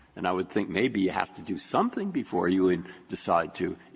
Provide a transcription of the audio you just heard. and i would think maybe you have to do something before you would decide to